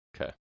Okay